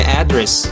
address